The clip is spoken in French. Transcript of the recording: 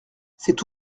c’est